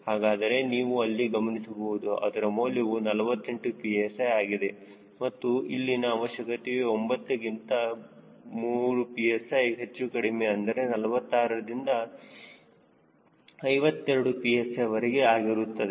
ಹಾಗಾದರೆ ನೀವು ಇಲ್ಲಿ ಗಮನಿಸಬಹುದು ಇದರ ಮೌಲ್ಯವು 48 psi ಆಗಿದೆ ಮತ್ತು ಇಲ್ಲಿನ ಅವಶ್ಯಕತೆಯು 9 ಗಿಂತ 3 psi ಹೆಚ್ಚು ಕಡಿಮೆ ಅಂದರೆ 46 ದಿಂದ 52 psi ವರೆಗೆ ಆಗಿರುತ್ತದೆ